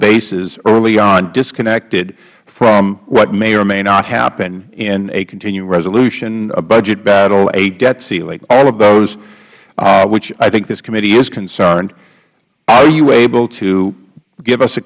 basis early on disconnected from what may or may not happen in a continuing resolution a budget battle a debt ceiling all of those which i think this committee is concerned are you able to give us a